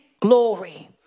glory